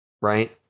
Right